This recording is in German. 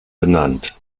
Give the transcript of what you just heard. benannt